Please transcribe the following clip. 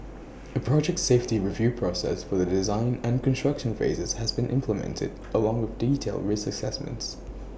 A project safety review process for the design and construction phases has been implemented along with detailed risk assessments